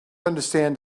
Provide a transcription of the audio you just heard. understand